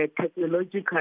technological